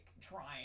trying